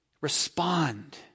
respond